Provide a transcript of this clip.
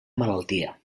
malaltia